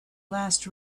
last